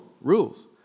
rules